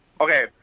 Okay